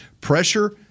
pressure